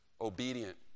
obedient